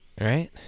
Right